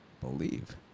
believe